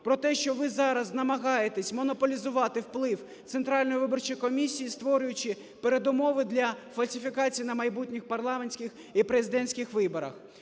про те, що ви зараз намагаєтесь монополізувати вплив Центральної виборчої комісії, створюючи передумови для фальсифікацій на майбутніх парламентських і президентських виборах.